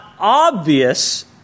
obvious